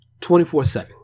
24-7